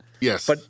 Yes